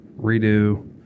redo